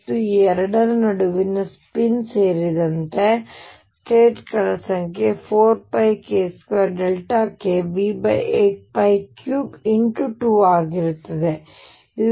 ಮತ್ತು ಈ ಎರಡರ ನಡುವಿನ ಸ್ಪಿನ್ ಸೇರಿದಂತೆ ಗಳ ಸಂಖ್ಯೆ 4πk2kV83×2 ಆಗಿರುತ್ತದೆ